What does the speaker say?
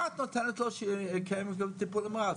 מה את נותנת לו שיקיים את הטיפול נמרץ?